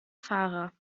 fahrer